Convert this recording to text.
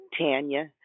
Tanya